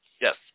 Yes